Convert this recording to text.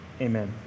Amen